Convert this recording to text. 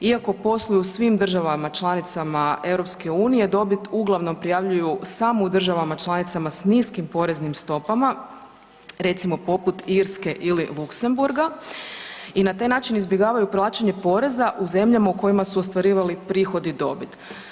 Iako posluju u svim državama članicama Europske unije, dobit uglavnom prijavljuju samo u državama članicama s niskim poreznim stopama recimo poput Irske ili Luksemburga i na taj način izbjegavaju plaćanje poreza u zemljama u kojima su ostvarivali prihod i dobit.